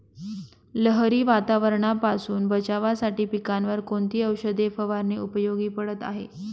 लहरी वातावरणापासून बचावासाठी पिकांवर कोणती औषध फवारणी उपयोगी पडत आहे?